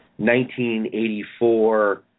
1984